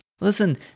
Listen